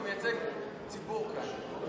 והוא מייצג ציבור כאן.